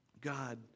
God